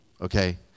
okay